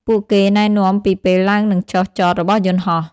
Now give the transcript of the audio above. ពួកគេណែនាំពីពេលឡើងនិងចុះចតរបស់យន្តហោះ។